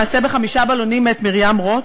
"מעשה בחמישה בלונים" מאת מרים רות.